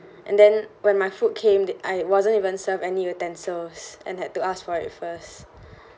and then when my food came I wasn't even serve any utensils and had to ask for it first